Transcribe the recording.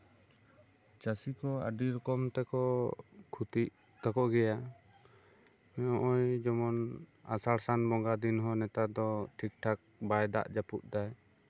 ᱪᱟᱹᱥᱤ ᱠᱚ ᱟᱹᱰᱤ ᱨᱚᱠᱚᱢ ᱛᱮᱠᱚ ᱠᱷᱚᱛᱤᱭᱮᱜ ᱛᱟᱠᱚ ᱜᱮᱭᱟ ᱱᱚᱜᱼᱚᱭ ᱡᱮᱢᱚᱱ ᱟᱥᱟᱲᱼᱥᱟᱱ ᱵᱚᱸᱜᱟ ᱫᱤᱱ ᱦᱚᱸ ᱱᱮᱛᱟᱨ ᱫᱚ ᱴᱷᱤᱠ ᱴᱷᱟᱠ ᱵᱟᱭ ᱫᱟᱜ ᱡᱟᱯᱩᱫ ᱫᱟᱭ